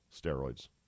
steroids